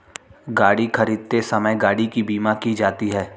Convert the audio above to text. गाड़ी खरीदते समय गाड़ी की बीमा की जाती है